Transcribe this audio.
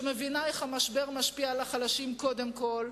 שמבינה איך המשבר משפיע על החלשים קודם כול,